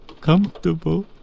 comfortable